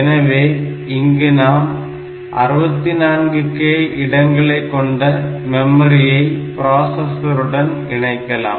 எனவே இங்கு நாம் 64K இடங்களை கொண்ட மெமரியை ப்ராசசருடன் இணைக்கலாம்